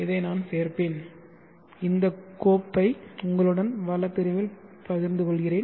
இதை நான் சேர்ப்பேன் இந்த கோப்பை உங்களுடன் வள பிரிவில் பகிர்ந்து கொள்கிறேன்